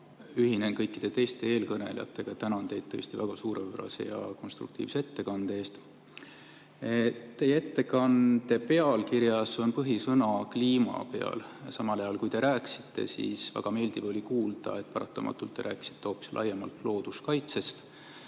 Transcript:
ühinen kõikide eelkõnelejatega ning tänan teid tõesti väga suurepärase ja konstruktiivse ettekande eest. Teie ettekande pealkirjas on põhisõna "kliima". Samal ajal, kui te rääkisite, oli väga meeldiv kuulda, et te paratamatult rääkisite hoopis laiemalt looduskaitsest.